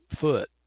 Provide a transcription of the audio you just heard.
foot